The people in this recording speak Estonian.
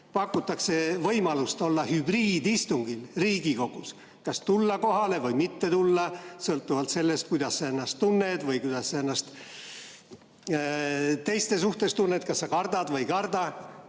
Pakutakse võimalust olla hübriidistungil Riigikogus, kas tulla kohale või mitte tulla sõltuvalt sellest, kuidas sa ennast tunned või kuidas sa ennast teiste suhtes tunned, kas sa kardad või ei karda